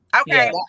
Okay